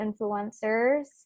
influencers